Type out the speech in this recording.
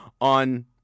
on